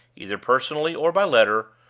either personally or by letter,